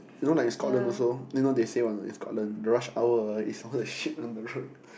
you know like in Scotland also then you know they say what a not in Scotland the rush hour ah is all the sheep on the road